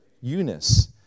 Eunice